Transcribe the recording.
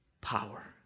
power